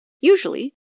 Usually